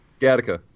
Gattaca